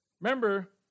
Remember